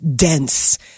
Dense